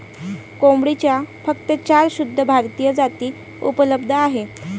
कोंबडीच्या फक्त चार शुद्ध भारतीय जाती उपलब्ध आहेत